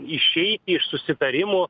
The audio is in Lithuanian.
išeiti iš susitarimo